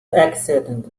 accident